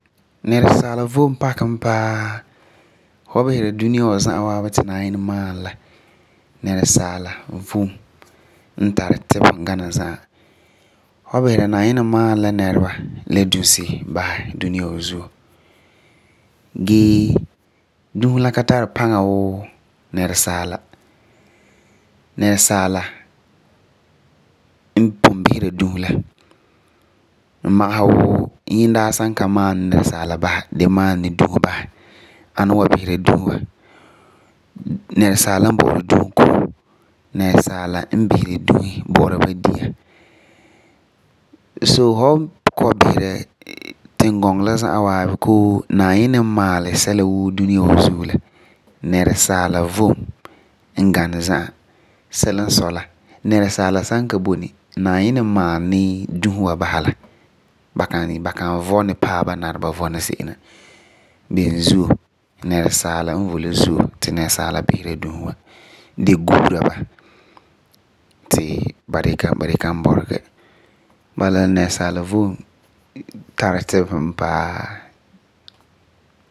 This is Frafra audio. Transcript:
Nɛresaala vom pakɛ mɛ paa. Fu wa bisera duneya wa za'a waabi ti Naayinɛ ma'alɛ la, nɛresaala vom n tari tibesum gana zaa. Fu wa bisera Naayinɛ ma'alɛ la nɛreba la dusi basɛ duneya wa zuo, gee dusi la ka tari paŋa wuu nɛresaala. N magesɛ wuu, Yinɛ daa san ma'alɛ ni nɛresaala basɛ gee ma'alɛ ni dusi basɛ ani n wa bisera dusi wa. Nɛresaala n biseri dusi, bo'ora ba dia, so fu wa kɔ'ɔm bisera Naayinɛ n ma'alɛ sɛla woo duneya wa la, nɛresaala vom n gani za'a. Beni zuo, nɛresaala n voi la zuo ti nɛresaala bisera dusi wa gee gu'ura ba ti ba da kan bɔrege. Bala la, nɛresaala vom tari tibesum mɛ paa.